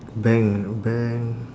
bank bank